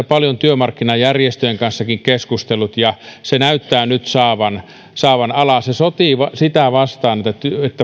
paljon työmarkkinajärjestöjenkin kanssa keskustellut ja tämänkaltainen ajattelu näyttää nyt saavan saavan alaa se sotii sitä vastaan